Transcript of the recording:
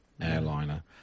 airliner